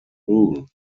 rule